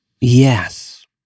Yes